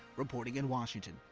reporting in washington,